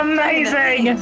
Amazing